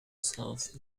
south